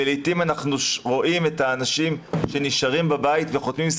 ולעתים אנחנו רואים את האנשים שנשארים בבית וחותמים על